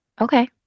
Okay